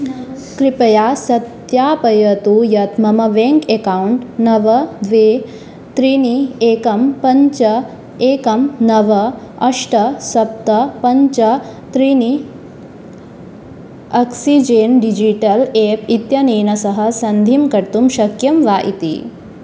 कृपया सत्यापयतु यत् मम वेङ्क् अक्कौण्ट् नव द्वे त्रीणि एकं पञ्च एकं नव अष्ट सप्त पञ्च त्रीणि आक्सिजेन् डिजिटल् एप् इत्यनेन सह सन्धिं कर्तुं शक्यं वा इति